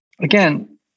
again